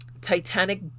Titanic